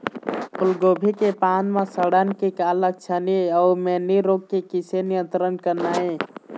फूलगोभी के पान म सड़न के का लक्षण ये अऊ मैनी रोग के किसे नियंत्रण करना ये?